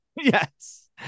Yes